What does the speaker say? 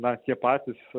na tie patys